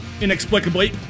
inexplicably